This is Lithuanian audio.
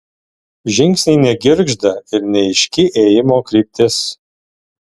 žingsniai negirgžda ir neaiški ėjimo kryptis